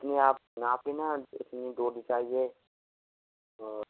नहीं आप आप हैं ना जो जो चाहिए वो